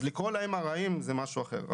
אז לקרוא להם ארעיים זה משהו אחר.